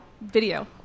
video